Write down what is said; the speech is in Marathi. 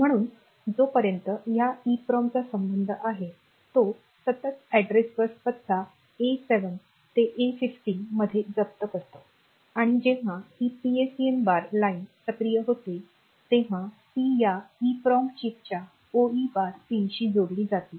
म्हणून जोपर्यंत या ईप्रोमचा संबंध आहे तो सतत अॅड्रेस बस पत्ता ए 7 ते ए 15 मध्ये जप्त करतो आणि जेव्हा ही पीएसईएन बार लाइन सक्रिय होते तेव्हा ती या ईप्रोम चिपच्या ओई बार पिनशी जोडली जाते